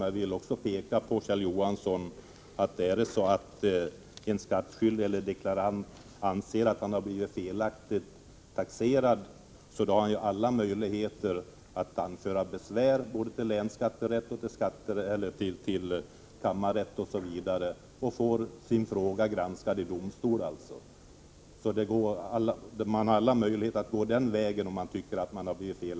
Men jag vill också påpeka, Kjell Johansson, att en skattskyldig eller deklarant som anser att han har blivit felaktigt taxerad har alla möjligheter att anföra besvär till länsskatterätt, kammarrätt osv. Han får då sin fråga granskad i domstol.